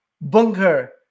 bunker